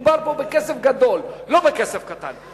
מדובר פה בכסף גדול, לא בכסף קטן.